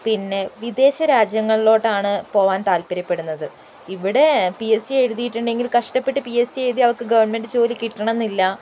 പിന്നെ വിദേശ രാജ്യങ്ങളിലോട്ടാണ് പോവാൻ താല്പര്യപ്പെടുന്നത് ഇവിടെ പി എസ് സി എഴുതിയിട്ടുണ്ടെങ്കിൽ കഷ്ടപ്പെട്ട് പി എസ് സി എഴുതി അവർക്ക് ഗവൺമെന്റ് ജോലി കിട്ടണം എന്നില്ല